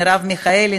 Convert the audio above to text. מרב מיכאלי,